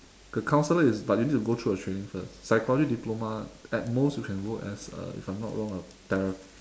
a counsellor is but you need to go through a training first psychology diploma at most you can work as a if I'm not wrong a thera~